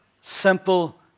simple